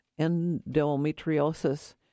endometriosis